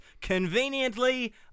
Conveniently